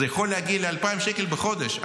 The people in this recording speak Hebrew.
זה יכול להגיע ל-2,000 שקל בחודש.